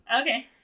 Okay